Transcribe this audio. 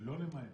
ולא למהר.